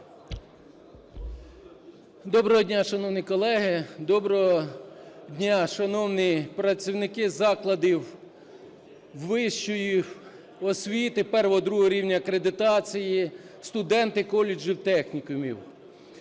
Доброго дня, шановні колеги! Доброго дня, шановні працівники закладів вищої освіти І-ІІ рівня акредитації, студенти коледжів, технікумів.